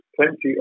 plenty